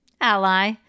Ally